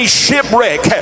shipwreck